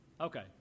okay